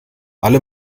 alle